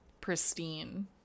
pristine